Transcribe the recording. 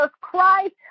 Christ